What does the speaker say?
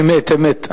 אמת, אמת.